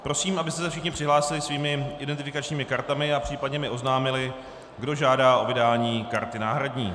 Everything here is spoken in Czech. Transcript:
Prosím, abyste se všichni přihlásili svými identifikačními kartami a případně mi oznámili, kdo žádá o vydání karty náhradní.